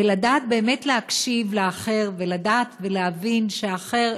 ולדעת באמת להקשיב לאחר ולדעת ולהבין שהאחר,